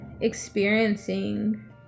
experiencing